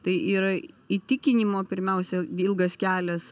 tai yra įtikinimo pirmiausia ilgas kelias